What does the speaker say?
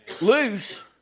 loose